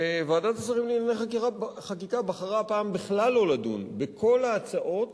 שוועדת השרים לענייני חקיקה בחרה הפעם בכלל לא לדון בכל ההצעות